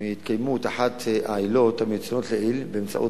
מהתקיימות אחת העילות המצוינות לעיל באמצעות